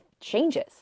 changes